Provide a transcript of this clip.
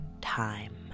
time